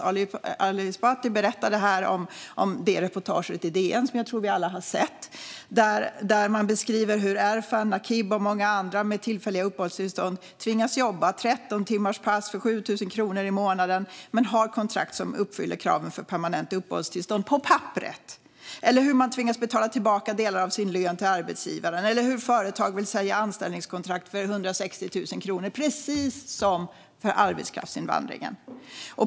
Ali Esbati berättade nyss om ett reportage i DN som jag tror att vi alla nog har läst. Där beskrivs hur Erfan, Naqib och många andra med tillfälliga uppehållstillstånd tvingas jobba 13-timmarspass för 7 000 kronor i månaden men har kontrakt som på papperet uppfyller kraven för permanent uppehållstillstånd. En del tvingas betala tillbaka delar av lönen till arbetsgivare. Vissa företag vill sälja anställningskontrakt för 160 000 kronor. Det är precis som för arbetskraftsinvandringen.